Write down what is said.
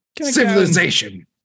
Civilization